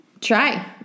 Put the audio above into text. try